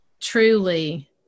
truly